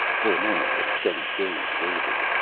for a moment her steady gaze wavered.